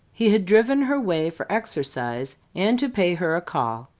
he had driven her way for exercise and to pay her a call.